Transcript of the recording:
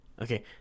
Okay